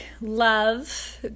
love